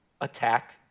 attack